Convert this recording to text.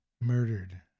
murdered